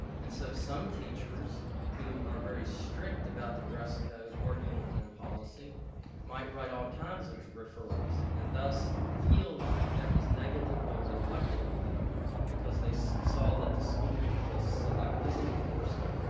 and so some teachers who are very strict about the dress code or uniform policy might write all kinds of referrals and thus feel like that was negatively reflected on them because they saw saw that the school was selective in enforcement.